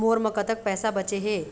मोर म कतक पैसा बचे हे?